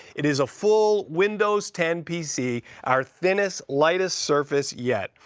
it is a full windows ten pc, our thinnest, lightest surface yet.